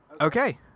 okay